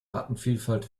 artenvielfalt